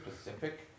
specific